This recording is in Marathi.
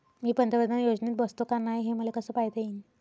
मी पंतप्रधान योजनेत बसतो का नाय, हे मले कस पायता येईन?